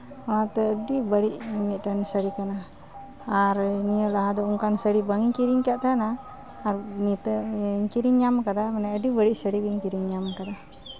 ᱚᱱᱟᱛᱮ ᱟᱹᱰᱤ ᱵᱟᱹᱲᱤᱡ ᱢᱤᱫᱴᱟᱱ ᱥᱟᱹᱲᱤ ᱠᱟᱱᱟ ᱟᱨ ᱱᱤᱭᱟᱹ ᱞᱟᱦᱟ ᱫᱚ ᱚᱱᱠᱱ ᱥᱟᱹᱲᱤ ᱵᱟᱝ ᱤᱧ ᱠᱤᱨᱤᱧ ᱠᱟᱫ ᱛᱟᱦᱮᱱᱟ ᱟᱨ ᱱᱤᱛᱚᱜ ᱡᱮᱧ ᱠᱤᱨᱤᱧ ᱧᱟᱢ ᱠᱟᱫᱟ ᱢᱟᱱᱮ ᱟᱹᱰᱤ ᱵᱟᱹᱲᱤᱡ ᱥᱟᱹᱲᱤ ᱜᱤᱧ ᱠᱤᱨᱤᱧ ᱧᱟᱢ ᱠᱟᱫᱟ